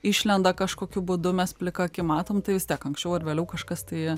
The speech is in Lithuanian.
išlenda kažkokiu būdu mes plika akimi matom tai vis tiek anksčiau ar vėliau kažkas tai